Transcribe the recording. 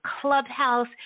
Clubhouse